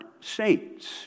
saints